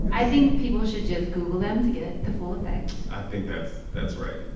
and i think people should just google them to get the full effects i think that's that's right.